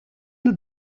het